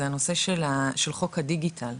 זה הנושא של חוק הדיגיטל.